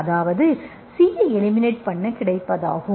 அதாவது C ஐ eliminate பண்ண கிடைப்பது ஆகும்